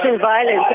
violence